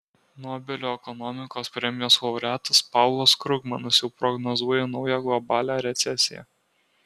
nobelio ekonomikos premijos laureatas paulas krugmanas jau prognozuoja naują globalią recesiją